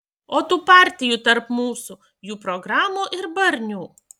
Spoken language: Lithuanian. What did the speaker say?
o tų partijų tarp mūsų jų programų ir barnių